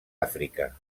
àfrica